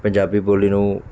ਪੰਜਾਬੀ ਬੋਲੀ ਨੂੰ